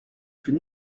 plus